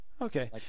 Okay